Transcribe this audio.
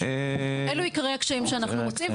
אלו עיקרי הקשיים שאנחנו מוצאים,